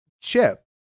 chip